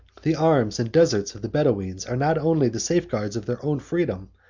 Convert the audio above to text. the arms and deserts of the bedoweens are not only the safeguards of their own freedom,